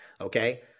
Okay